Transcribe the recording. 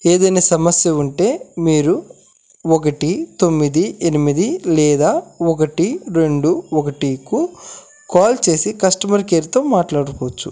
ఏదైనా సమస్య ఉంటే మీరు ఒకటి తొమ్మిది ఎనిమిది లేదా ఒకటి రెండు ఒకటికు కాల్ చేసి కస్టమర్ కేర్తో మాట్లాడుకోవచ్చు